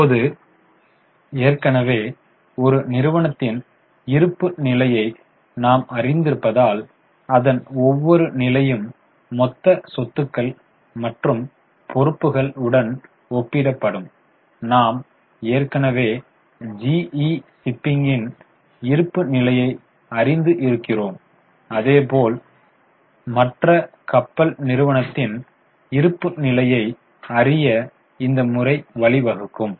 இப்போது ஏற்கனவே ஒரு நிறுவனத்தின் இருப்பு நிலையை நாம் அறிந்திருப்பதால் அதன் ஒவ்வொரு நிலையும் மொத்த சொத்துக்கள் மற்றும் பொறுப்புகள் உடன் ஒப்பிடப்படும் நாம் ஏற்கனவே GE ஷிப்பிங்கின் இருப்பு நிலையை அறிந்து இருக்கிறோம் அதேபோல் மற்ற கப்பல் நிறுவனத்தின் இருப்பு நிலையை அறிய இந்த முறை வழிவகுக்கும்